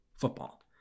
Football